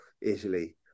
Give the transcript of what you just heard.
Italy